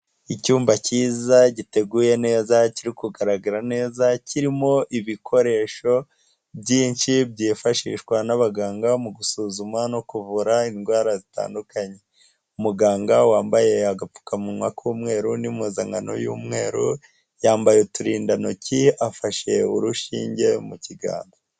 Icyumba kiza giteguye neza kiri kugaragara neza kirimo ibikoresho byinshi byifashishwa n'abaganga mu gusuzuma no kuvura indwara zitandukanye. Muganga wambaye agapfukamunwa k'umweru n'impuzankano y'umweru, yambaye uturindantoki afashe urushinge mu kiganza.